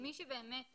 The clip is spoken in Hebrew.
מי שבאמת